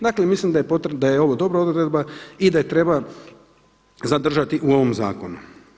Dakle, mislim da je ovo dobra odredba i da je treba zadržati u ovom zakonu.